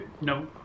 No